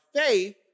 faith